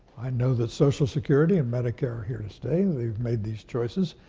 i know that social security and medicare are here to stay. they've made these choices.